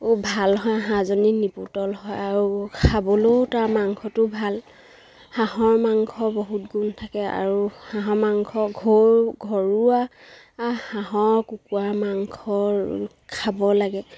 ভাল হয় হাঁহজনী নিপুত হয় আৰু খাবলেও তাৰ মাংসটো ভাল হাঁহৰ মাংস বহুত গুণ থাকে আৰু হাঁহৰ মাংস ঘৰু ঘৰুৱা হাঁহৰ কুকুৰা মাংস খাব লাগে